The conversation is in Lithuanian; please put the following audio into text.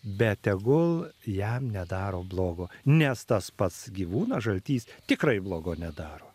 bet tegul jam nedaro blogo nes tas pats gyvūnas žaltys tikrai blogo nedaro